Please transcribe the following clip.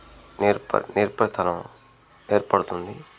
నేర్ప నేర్పరితనం ఏర్పడుతుంది